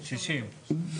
ב-60,